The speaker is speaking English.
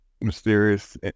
mysterious